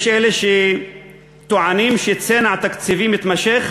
יש אלה שטוענים שצנע תקציבי מתמשך